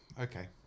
okay